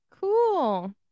Cool